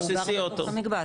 הוא גר באותו מקבץ.